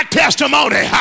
testimony